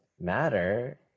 matter